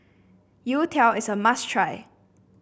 youtiao is a must try